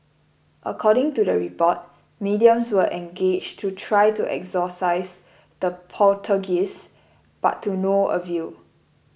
according to the report mediums were engaged to try to exorcise the poltergeists but to no avail